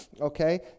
okay